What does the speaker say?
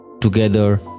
Together